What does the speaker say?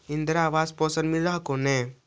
इन्द्रा आवास पेन्शन मिल हको ने?